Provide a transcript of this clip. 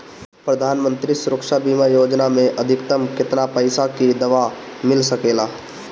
प्रधानमंत्री सुरक्षा बीमा योजना मे अधिक्तम केतना पइसा के दवा मिल सके ला?